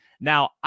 now